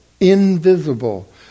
Invisible